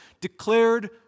declared